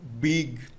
big